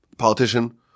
politician